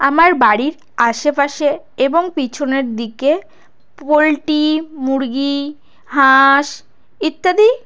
আমার বাড়ির আশেপাশে এবং পিছনের দিকে পোলট্রি মুরগি হাঁস ইত্যাদি